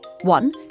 One